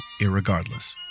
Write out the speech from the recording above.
Irregardless